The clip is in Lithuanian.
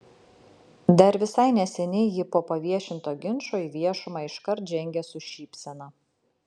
dar visai neseniai ji po paviešinto ginčo į viešumą iškart žengė su šypsena